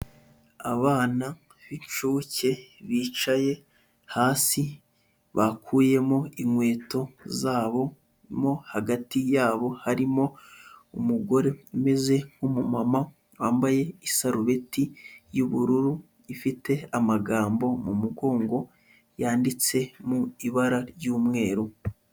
Abana b'incuke, bicaye hasi, bakuyemo inkweto zabo, mo hagati yabo harimo, umugore umeze nk'umumama, wambaye isarubeti y'ubururu, ifite amagambo mu mugongo, yanditse mu ibara ry'umweru.